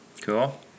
cool